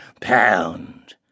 pound